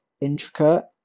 intricate